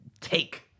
take